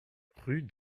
rue